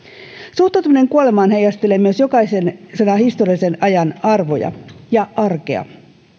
suhtautuminen kuolemaan heijastelee myös jokaisen historiallisen ajan arvoja ja arkea